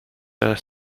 are